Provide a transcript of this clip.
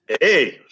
Hey